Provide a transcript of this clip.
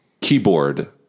keyboard